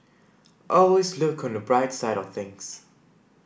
always look on the bright side of things